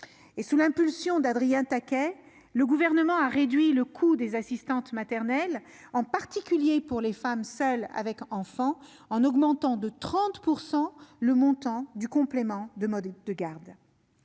Sur l'initiative d'Adrien Taquet, le Gouvernement a réduit le coût des assistantes maternelles, notamment pour les femmes seules avec enfants, en augmentant de 30 % le montant du complément de mode de garde.